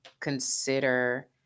consider